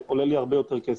זה עולה לי הרבה יותר כסף.